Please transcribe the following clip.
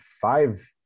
five